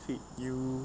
feed you